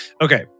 Okay